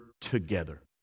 together